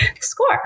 score